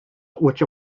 which